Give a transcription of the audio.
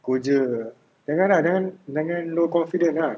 go jer jangan ah jangan jangan low confident ah